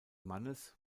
mannes